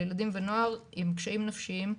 לילדים ונוער עם קשיים נפשיים,